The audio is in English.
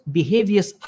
behaviors